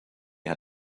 had